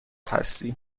هستی